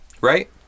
Right